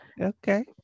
Okay